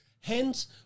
Hence